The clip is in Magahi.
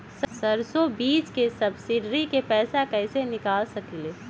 सरसों बीज के सब्सिडी के पैसा कईसे निकाल सकीले?